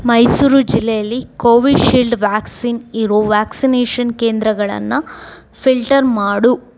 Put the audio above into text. ಮೈಸೂರು ಜಿಲ್ಲೆಯಲ್ಲಿ Covishield vaccine ಇರೋ vaccination ಕೇಂದ್ರಗಳನ್ನು ಫಿಲ್ಟರ್ ಮಾಡು